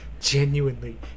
genuinely